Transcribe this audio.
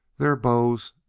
their bows,